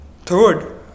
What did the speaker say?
third